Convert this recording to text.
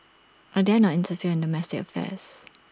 I dare not interfere in the domestic affairs